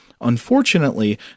Unfortunately